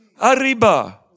Arriba